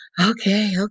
Okay